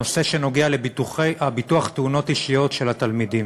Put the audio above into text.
נושא שקשור לביטוח תאונות אישיות של תלמידים.